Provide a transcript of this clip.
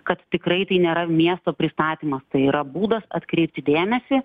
kad tikrai tai nėra miesto pristatymas tai yra būdas atkreipti dėmesį